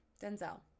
Denzel